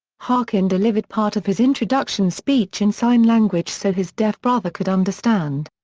harkin delivered part of his introduction speech in sign language so his deaf brother could understand.